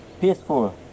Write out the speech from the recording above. peaceful